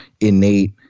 innate